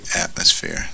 atmosphere